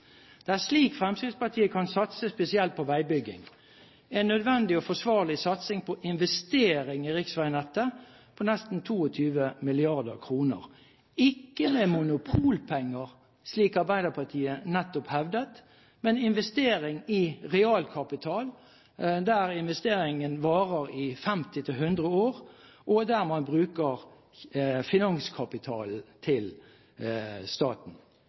Det er slik Fremskrittspartiet kan satse spesielt på veibygging, en nødvendig og forsvarlig satsing på investering i riksveinettet på nesten 22 mrd. kr – ikke med monopolpenger, slik Arbeiderpartiet nettopp hevdet, men en investering i realkapital, der investeringen varer i 50–100 år, og der man bruker finanskapitalen til staten.